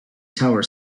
tower